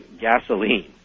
gasoline